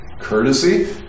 Courtesy